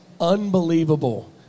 unbelievable